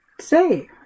say